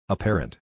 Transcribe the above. Apparent